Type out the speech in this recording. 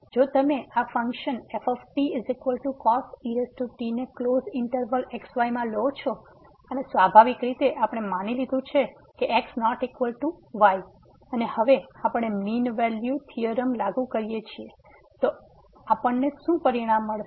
તેથી જો તમે આ ફંક્શન ftcos e t ને ક્લોઝ ઈંટરવલ xy માં લ્યો છો અને સ્વાભાવિક રીતે આપણે માની લીધું છે કે x ≠ y અને હવે આપણે મીન વેલ્યુ થીયોરમ લાગુ કરીએ છીએ તો અમને શું પરિણામ મળશે